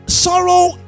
Sorrow